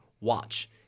Watch